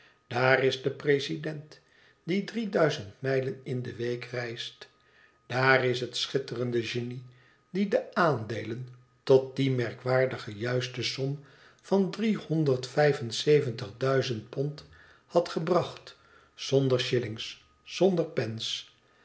daar is de president die dne duizend mijlen in de week reist daar is het schitterende genie die de aandeelen tot die merkwaardige juiste som van driehonderd vijf en zeventig duizend pond had gebracht zonder shillings zonder pence